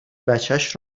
بچش